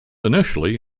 initially